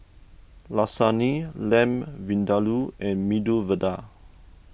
Lasagne Lamb Vindaloo and Medu Vada